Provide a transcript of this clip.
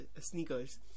sneakers